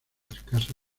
escasa